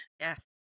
Yes